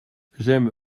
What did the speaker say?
j’aime